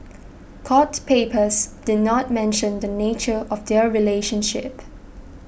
court papers did not mention the nature of their relationship